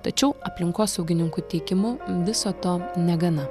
tačiau aplinkosaugininkų teigimu viso to negana